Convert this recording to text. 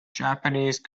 japanese